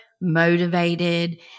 motivated